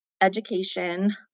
education